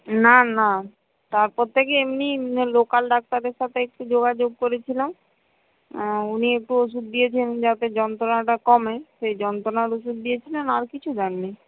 না না তারপর থেকে এমনি লোকাল ডাক্তারের সাথে একটু যোগাযোগ করেছিলাম উনি একটু ওষুধ দিয়েছেন যাতে যন্ত্রণাটা কমে সেই যন্ত্রণার ওষুধ দিয়েছিলেন আর কিছু দেন নি